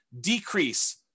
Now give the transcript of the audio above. decrease